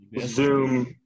Zoom